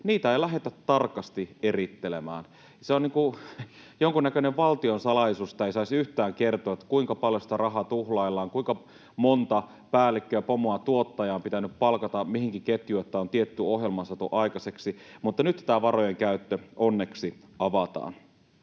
niitä ei lähdetä tarkasti erittelemään. Se on jonkunnäköinen valtiosalaisuus, josta ei saisi yhtään kertoa, kuinka paljon sitä rahaa tuhlaillaan, kuinka monta päällikköä, pomoa ja tuottajaa on pitänyt palkata mihinkin ketjuun, jotta on tietty ohjelma saatu aikaiseksi. Mutta nyt tämä varojen käyttö onneksi avataan.